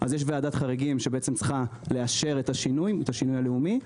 יש ועדת חריגים שצריכה לאשר את השינוי הלאומי.